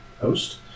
host